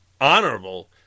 honorable